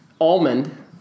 Almond